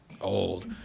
old